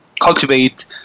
cultivate